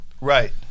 Right